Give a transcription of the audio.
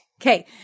Okay